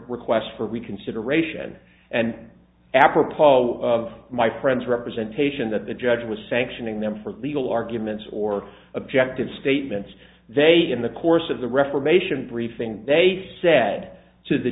requests for reconsideration and apropos of my friends representation that the judge was sanctioning them for legal arguments or objective statements they in the course of the reformation briefing they said to the